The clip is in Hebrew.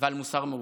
ועל מוסר מעוות.